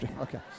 Okay